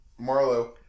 Marlo